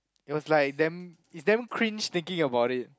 it was like damn it's damn cringe thinking about it